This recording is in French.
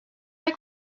pas